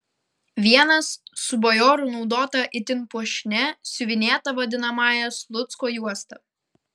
vienas su bajorų naudota itin puošnia siuvinėta vadinamąja slucko juosta